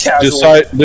decide